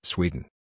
Sweden